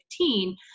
2015